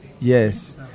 Yes